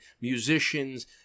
musicians